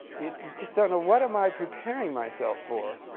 you just don't know. what am i preparing myself for?